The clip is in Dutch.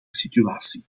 situatie